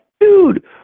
dude